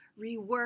rework